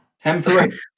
Temporary